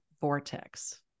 vortex